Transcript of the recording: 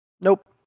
Nope